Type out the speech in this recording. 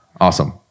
Awesome